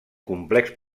complex